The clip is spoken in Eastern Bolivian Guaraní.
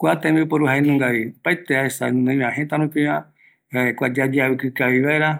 Kuako jae yaeavɨkɨ vaera,